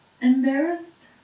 embarrassed